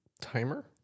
Timer